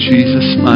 Jesus